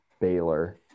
Baylor